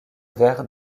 vers